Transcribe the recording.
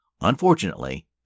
unfortunately